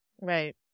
Right